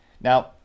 now